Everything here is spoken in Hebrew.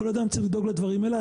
כל אדם צריך לדאוג לדברים האלה.